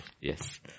Yes